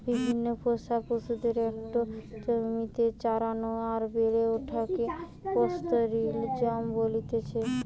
বিভিন্ন পোষা পশুদের একটো জমিতে চরানো আর বেড়ে ওঠাকে পাস্তোরেলিজম বলতেছে